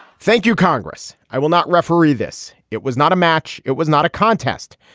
thank you, congress. i will not referee this. it was not a match. it was not a contest.